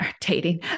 dating